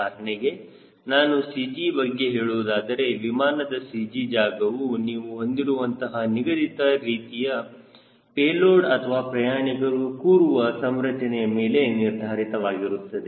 ಉದಾಹರಣೆಗೆ ನಾನು CG ಬಗ್ಗೆ ಹೇಳುವುದಾದರೆ ವಿಮಾನದ CG ಜಾಗವು ನೀವು ಹೊಂದಿರುವಂತಹ ನಿಗದಿತ ರೀತಿಯ ಪೇಲೋಡ್ ಅಥವಾ ಪ್ರಯಾಣಿಕರು ಕೂರುವ ಸಂರಚನೆ ಮೇಲೆ ನಿರ್ಧಾರಿತವಾಗಿರುತ್ತದೆ